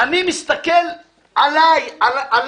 אני מסתכל עלינו.